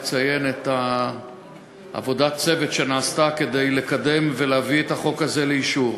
אציין את עבודת הצוות שנעשתה כדי לקדם ולהביא את החוק הזה לאישור.